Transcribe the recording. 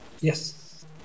Yes